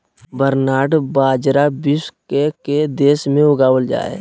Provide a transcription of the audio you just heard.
barnyard बाजरा विश्व के के देश में उगावल जा हइ